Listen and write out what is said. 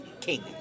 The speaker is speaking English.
King